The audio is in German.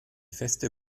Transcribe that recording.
feste